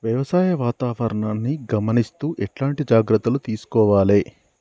వ్యవసాయ వాతావరణాన్ని గమనిస్తూ ఎట్లాంటి జాగ్రత్తలు తీసుకోవాలే?